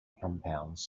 compounds